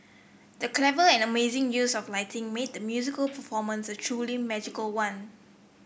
the clever and amazing use of lighting made the musical performance a truly magical one